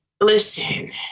Listen